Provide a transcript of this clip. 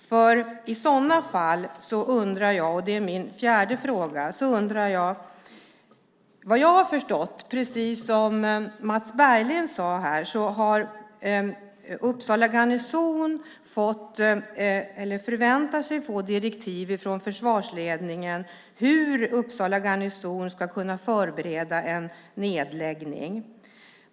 Då kommer jag in på min fjärde fråga. Vad jag har förstått, och precis som Mats Berglind sade här, förväntar sig Uppsala garnison att få direktiv från försvarsledningen om hur Uppsala garnison ska kunna förbereda en nedläggning.